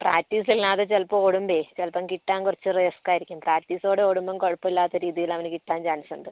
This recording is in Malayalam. പ്രാക്ടീസില്ലാതെ ചിലപ്പോൾ ഒടുമ്പോൾ ചിലപ്പോൾ കിട്ടാൻ കുറച്ച് റിസ്ക്കായിരിക്കും പ്രാക്ടീസോടെ ഓടുമ്പോൾ കുഴപ്പമില്ലാത്ത രീതിയിൽ അവൻ കിട്ടാൻ ചാൻസുണ്ട്